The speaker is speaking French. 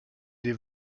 des